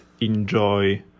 enjoy